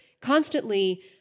constantly